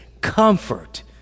comfort